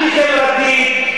אנטי-חברתית.